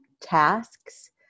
tasks